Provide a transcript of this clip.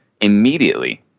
immediately